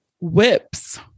Whips